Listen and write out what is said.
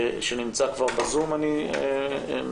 שנמצא כבר בזום, אני מבין.